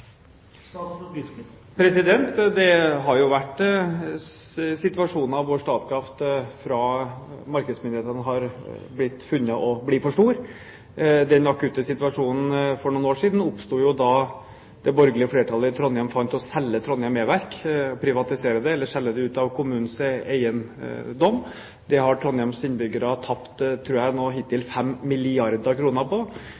Det har jo vært situasjoner hvor Statkraft fra markedsmyndighetene har blitt funnet å være for stort. Den akutte situasjonen for noen år siden oppsto da det borgerlige flertallet i Trondheim fant å ville selge Trondheim Energiverk, privatisere det eller selge det ut av kommunens eiendom. Det har Trondheims innbyggere nå hittil tapt – tror jeg – 5 milliarder kr på,